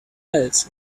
else